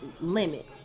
limit